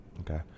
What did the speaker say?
Okay